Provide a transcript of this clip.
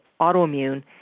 autoimmune